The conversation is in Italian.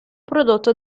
prodotto